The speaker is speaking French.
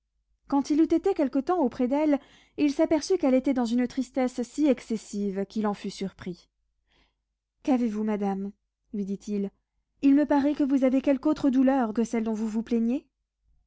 quand il eut été quelque temps auprès d'elle il s'aperçut qu'elle était dans une tristesse si excessive qu'il en fut surpris qu'avez-vous madame lui dit-il il me paraît que vous avez quelque autre douleur que celle dont vous vous plaignez